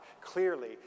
clearly